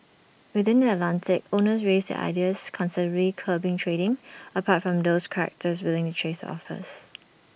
within the Atlantic owners raised their ideas considerably curbing trading apart from those charterers willing to chase the offers